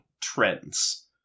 trends